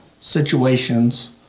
situations